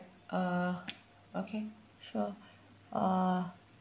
uh okay sure uh